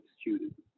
students